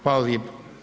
Hvala lijepo.